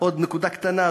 עוד נקודה קטנה,